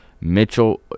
Mitchell